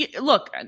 look